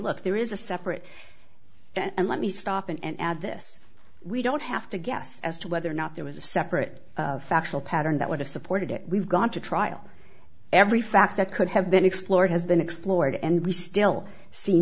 look there is a separate and let me stop and add this we don't have to guess as to whether or not there was a separate factual pattern that would have supported it we've gone to trial every fact that could have been explored has been explored and we still see